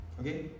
Okay